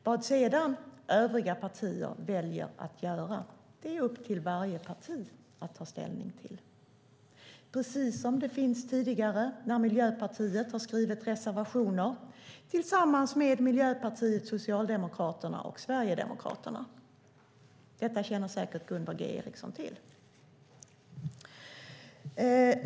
Vad sedan övriga partier väljer att göra är upp till varje parti att ta ställning till, precis som Miljöpartiet tidigare har skrivit reservationer tillsammans med Vänsterpartiet, Socialdemokraterna och Sverigedemokraterna. Detta känner säkert Gunvor G Ericsson till.